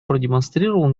продемонстрировал